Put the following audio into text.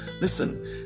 Listen